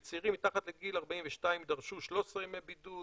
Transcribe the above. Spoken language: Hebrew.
בצעירים מתחת לגיל 42 יידרשו 13 ימי בידוד,